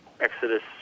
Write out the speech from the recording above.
Exodus